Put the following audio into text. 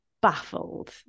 baffled